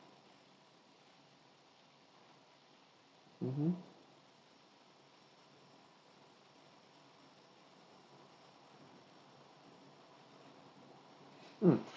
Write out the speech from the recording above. mmhmm mm